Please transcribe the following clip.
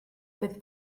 bydd